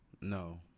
No